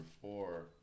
four